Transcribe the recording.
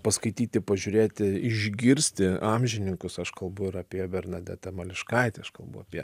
paskaityti pažiūrėti išgirsti amžininkus aš kalbu ir apie bernadetą mališkaitę aš kalbu apie